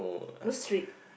no street